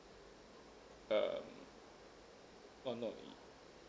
uh oh no